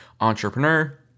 entrepreneur